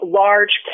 large